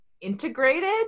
integrated